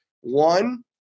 One